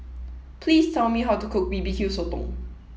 please tell me how to cook B B Q Sotong